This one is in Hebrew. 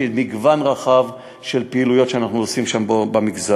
ויש מגוון רחב של פעילויות שאנחנו עושים שם במגזר.